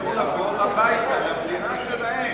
לבוא הביתה למדינה שלהם.